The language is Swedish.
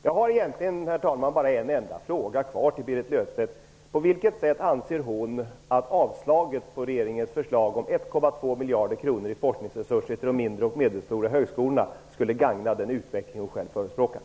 Jag har egentligen, herr talman, bara en enda fråga kvar till Berit Löfstedt: På vilket sätt anser hon att avslaget på regeringens förslag om 1,2 miljarder kronor i forskningsresurser till de mindre och medelstora högskolorna skulle gagna den utveckling hon själv förespråkar?